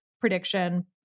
prediction